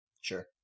Sure